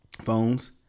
phones